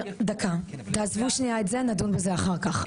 --- דקה, תעזבו שנייה את זה, נדון בזה אחר כך.